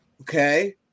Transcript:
Okay